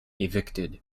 evicted